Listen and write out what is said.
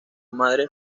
madre